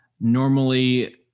normally